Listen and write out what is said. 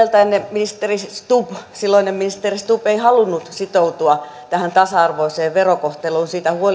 ministeri stubb silloinen ministeri stubb ei halunnut sitoutua tähän tasa arvoiseen verokohteluun siitä huolimatta että hän ennen vaaleja näin